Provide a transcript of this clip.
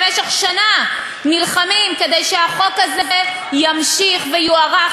במשך שנה נלחמים כדי שהחוק הזה יימשך ויוארך